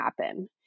happen